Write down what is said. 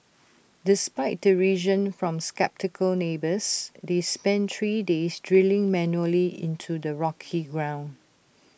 despite derision from sceptical neighbours they spent three days drilling manually into the rocky ground